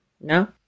No